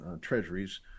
treasuries